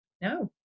no